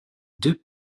deux